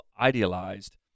idealized